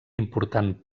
important